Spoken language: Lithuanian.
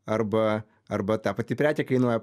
arba arba ta pati prekė kainuoja